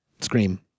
scream